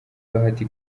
bahati